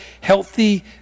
healthy